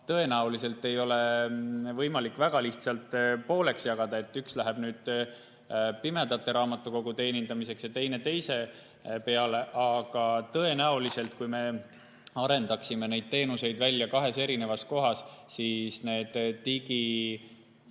tõenäoliselt ei ole võimalik väga lihtsalt pooleks jagada, nii et üks läheks pimedate raamatukogu teenindamiseks ja teine teise [raamatukogu] peale. Aga tõenäoliselt, kui me arendaksime neid teenuseid välja kahes kohas, siis need